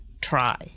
try